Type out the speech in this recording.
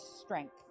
Strength